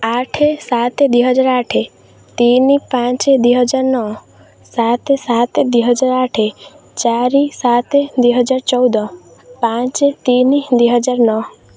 ଆଠ ସାତ ଦୁଇ ହଜାର ଆଠେ ତିନି ପାଞ୍ଚ ଦୁଇ ହଜାର ନଅ ସାତ ସାତ ଦୁଇ ହଜାର ଆଠ ଚାରି ସାତ ଦୁଇ ହଜାର ଚଉଦ ପାଞ୍ଚ ତିନି ଦୁଇ ହଜାର ନଅ